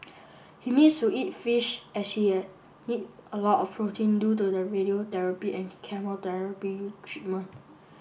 he needs to eat fish as she need a lot of protein due to the radiotherapy and chemotherapy treatment